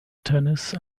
tennis